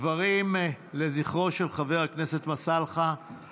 דברים לזכרו של חבר הכנסת מסאלחה,